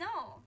No